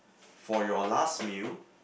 for your last meal